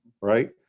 right